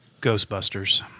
Ghostbusters